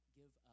give